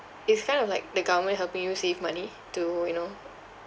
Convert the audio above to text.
it's kind of like the government helping you save money to you know